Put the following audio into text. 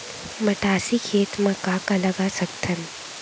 मटासी खेत म का का लगा सकथन?